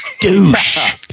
douche